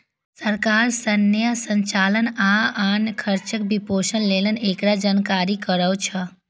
सरकार सैन्य संचालन आ आन खर्चक वित्तपोषण लेल एकरा जारी करै छै